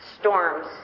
storms